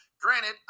granted